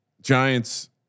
Giants